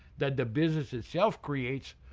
that the business itself creates,